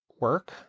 work